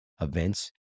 events